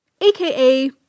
aka